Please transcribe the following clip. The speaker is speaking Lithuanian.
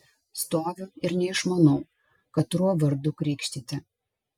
stoviu ir neišmanau katruo vardu krikštyti